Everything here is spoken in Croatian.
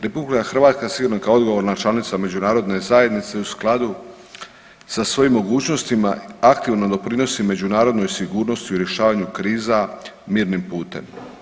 RH sigurno kao odgovorna članica međunarodne zajednice u skladu sa svojim mogućnostima aktivno doprinosi međunarodnoj sigurnosti u rješavanju kriza mirnim putem.